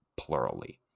plurally